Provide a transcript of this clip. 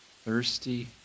thirsty